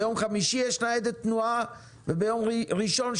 ביום חמישי יש ניידת תנועה וביום ראשון,